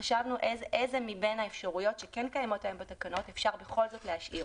חשבנו אילו מבין האפשרויות שכן קיימות היום בתקנות אפשר בכל זאת להשאיר